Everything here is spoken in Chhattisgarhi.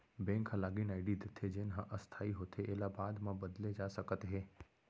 बेंक ह लागिन आईडी देथे जेन ह अस्थाई होथे एला बाद म बदले जा सकत हे